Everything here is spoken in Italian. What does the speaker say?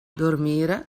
dormire